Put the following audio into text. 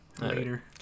Later